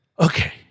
Okay